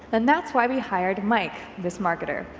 and that's why we hired mike, this marketer.